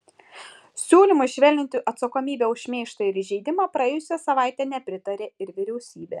siūlymui švelninti atsakomybę už šmeižtą ir įžeidimą praėjusią savaitę nepritarė ir vyriausybė